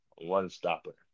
one-stopper